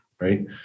right